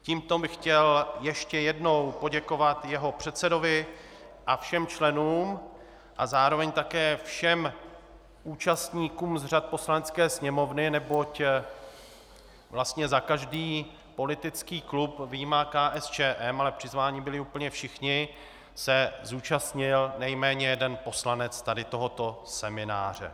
Tímto bych chtěl ještě jednou poděkovat jeho předsedovi a všem členům a zároveň také všem účastníkům z řad Poslanecké sněmovny, neboť vlastně za každý politický klub vyjma KSČM, ale přizváni byli úplně všichni, se zúčastnil nejméně jeden poslanec tohoto semináře.